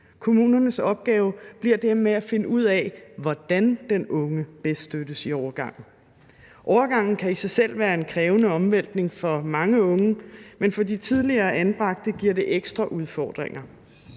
Kommunernes opgave bliver dermed at finde ud af, hvordan den unge bedst støttes i overgangen. Overgangen kan i sig selv være en krævende omvæltning for mange unge, men for de tidligere anbragte giver det ekstra udfordringer.